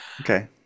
Okay